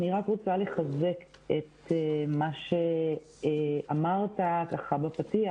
אני רק רוצה לחזק את מה שאמרת בפתיח.